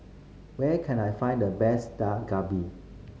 where can I find the best Dak Galbi